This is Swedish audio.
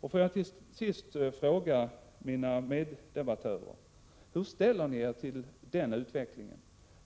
Får jag till sist fråga mina meddebattörer: Hur ställer ni er till den utvecklingen?